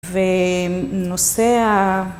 ונושא ה...